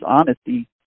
honesty